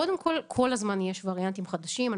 קודם כול, יש וריאנטים חדשים כל הזמן.